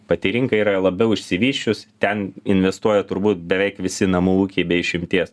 pati rinka yra labiau išsivysčius ten investuoja turbūt beveik visi namų ūkiai be išimties